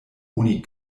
oni